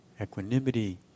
equanimity